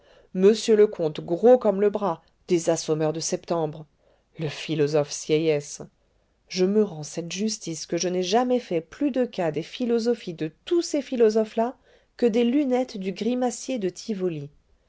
monsieur le comte gros comme le bras des assommeurs de septembre le philosophe sieyès je me rends cette justice que je n'ai jamais fait plus de cas des philosophies de tous ces philosophes là que des lunettes du grimacier de tivoli